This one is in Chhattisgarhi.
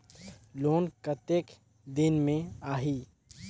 लोन कतेक दिन मे आही?